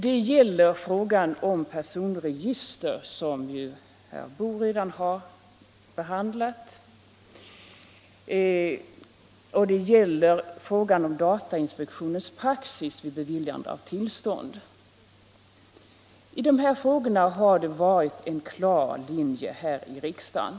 Det gäller frågan om personregister, som herr Boo redan har behandli:t, och datainspektionens praxis vid beviljande av tillstånd. I dessa frågor bar det funnits en klar linje här i riksdagen.